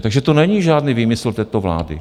Takže to není žádný výmysl této vlády.